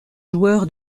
joueur